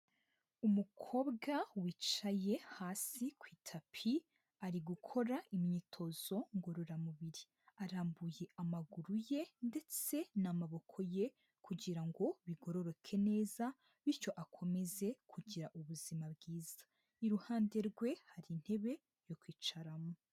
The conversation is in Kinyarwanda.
Umukobwa wicaye hasi ku itapi, ari gukora imyitozo ngororamubiri. Arambuye amaguru ye ndetse n'amaboko ye, kugira ngo bigororoke neza; bityo akomeze kugira ubuzima bwiza. Iruhande rwe, hari intebe yo kwicaramo.